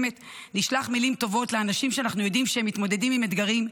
נשלח מילים טובות לאנשים שאנחנו יודעים שהם מתמודדים עם אתגרים,